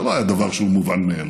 וזה לא היה דבר שהוא מובן מאליו,